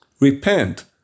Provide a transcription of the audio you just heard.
Repent